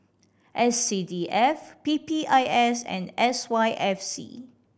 S C D F P P I S and S Y F C